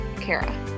Kara